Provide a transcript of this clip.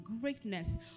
greatness